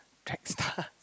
track star